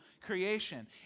creation